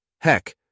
Heck